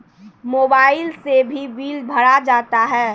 Mobile से भी bill भरा जाता हैं?